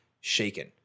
shaken